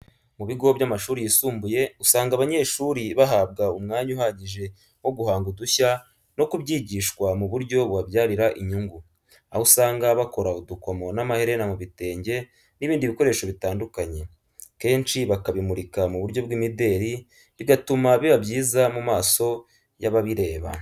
Mu bigo by’amashuri yisumbuye, usanga abanyeshuri bahabwa umwanya uhagije wo guhanga udushya no kubyigishwa mu buryo bubabyarira inyungu. Aho, usanga bakora udukomo n’amaherena mu bitenge n’ibindi bikoresho bitandukanye, kenshi bakabimurika mu buryo bw’imideli, bigatuma biba byiza mu maso y’ababireba.